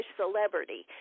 celebrity